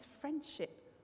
friendship